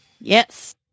Yes